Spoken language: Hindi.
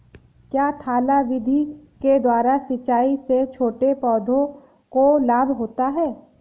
क्या थाला विधि के द्वारा सिंचाई से छोटे पौधों को लाभ होता है?